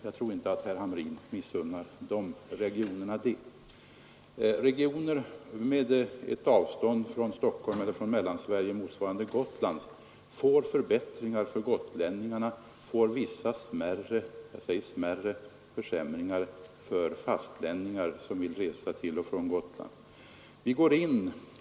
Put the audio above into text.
Jag tror inte att herr Hamrin missunnar de regionerna det. Regioner på ett avstånd från Stockholm eller från Mellansverige motsvarande Gotlands får förbättringar. Detsamma gäller för gotlänningarna. För fastlänningar som vill resa till och från Gotland blir det däremot vissa smärre — jag säger smärre — försämringar.